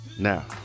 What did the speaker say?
now